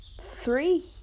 three